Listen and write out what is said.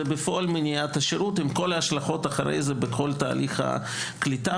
זה בפועל מניעת השירות עם כל ההשלכות אחרי זה בכל תהליך הקליטה.